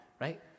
right